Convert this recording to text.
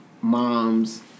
moms